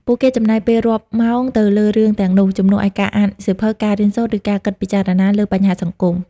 ពួកគេចំណាយពេលរាប់ម៉ោងទៅលើរឿងទាំងនោះ ជំនួសឲ្យការអានសៀវភៅ ការរៀនសូត្រ ឬការគិតពិចារណាលើបញ្ហាសង្គម។